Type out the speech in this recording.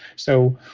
so,